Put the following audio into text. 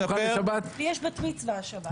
לי יש בת מצווה השבת.